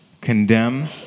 condemn